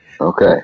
Okay